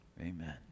Amen